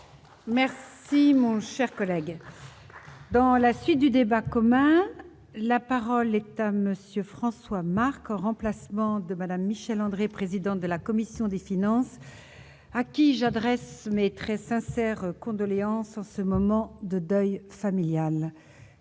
Merci Simon chers collègues dans la suite du débat commun, la parole est à Monsieur François Marc, en remplacement de Madame Michèle André, présidente de la commission des finances à qui j'adresse mes très sincères condoléances en ce moment. De deuil familial,